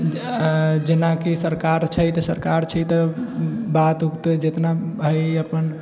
जेनाकि सरकार छै तऽ सरकार छै तऽ बात होतै जितना हइ अपन